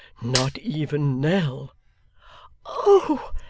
not even nell oh!